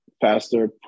faster